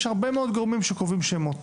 יש הרבה מאוד גורמים שקובעים שמות,